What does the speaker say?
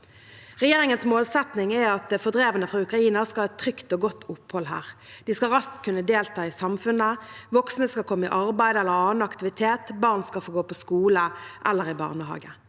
Regjeringens målsetting er at fordrevne fra Ukraina skal ha et trygt og godt opphold her. De skal raskt kunne delta i samfunnet. Voksne skal komme i arbeid eller annen aktivitet. Barn skal få gå på skole eller i barnehage.